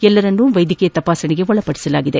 ಎಲ್ಲರನ್ನೂ ವೈದ್ಯಕೀಯ ತಪಾಸಣೆಗೆ ಒಳಪಡಿಸಲಾಗಿದೆ